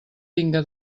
vinga